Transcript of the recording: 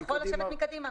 יכול לשבת קדימה.